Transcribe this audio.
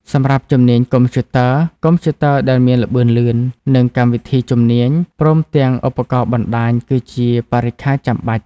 សម្រាប់ជំនាញកុំព្យូទ័រ កុំព្យូទ័រដែលមានល្បឿនលឿន និងកម្មវិធីជំនាញ ព្រមទាំងឧបករណ៍បណ្តាញ គឺជាបរិក្ខារចាំបាច់។